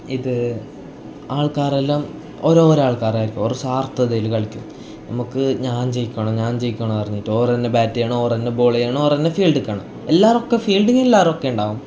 ഇത് ആൾക്കാരെല്ലാം ഓരോരോ ആൾക്കാരായിരിക്കും ഒരു സ്വാർത്ഥതയിൽ കളിക്കും നമുക്ക് ഞാൻ ജയിക്കണം ഞാൻ ജയിക്കണം പറഞ്ഞിട്ട് ഓര് തന്നെ ബാറ്റ് ചെയ്യണം ഓര് തന്നെ ബോൾ ചെയ്യണം ഓര് തന്നെ ഫീൽഡിൽ നിൽക്കണം എല്ലാവരും ഫീൽഡിങ്ങിൽ എല്ലാവരുമൊക്കെ ഉണ്ടാവും